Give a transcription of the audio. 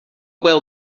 will